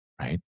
right